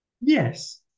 Yes